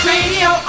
Radio